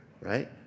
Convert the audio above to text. right